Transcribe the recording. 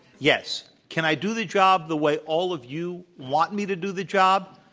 yes. can i do the job the way all of you want me to do the job?